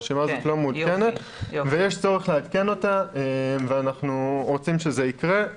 הרשימה הזאת לא מעודכנת ויש צורך לעדכן אותה ואנחנו רוצים שזה יקרה,